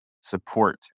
support